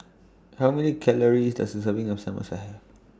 How Many Calories Does A Serving of Samosa Have